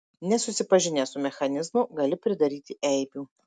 nesusipažinęs su mechanizmu gali pridaryti eibių